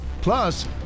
Plus